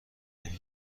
نمی